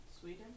Sweden